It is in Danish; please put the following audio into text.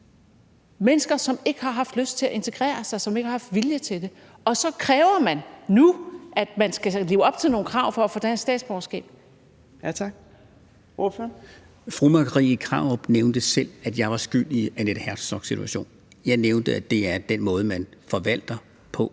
mennesker, som ikke har haft lyst til at integrere sig, som ikke har haft vilje til det. Og så kræver man nu, at folk skal leve op til nogle krav for at få dansk statsborgerskab. Kl. 13:26 Fjerde næstformand (Trine Torp): Tak. Ordføreren. Kl. 13:26 Nils Sjøberg (RV): Fru Marie Krarup nævnte selv, at jeg var skyld i Annette Herzogs situation. Jeg nævnte, at det er den måde, man forvalter på,